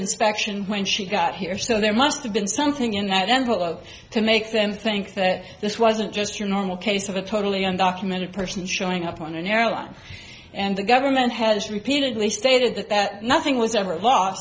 inspection when she got here so there must have been something in that envelope to make them think that this wasn't just your normal case of a totally and documented person showing up on an airline and the government has repeatedly stated that that nothing was ever lost